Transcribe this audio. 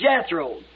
Jethro